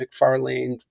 McFarlane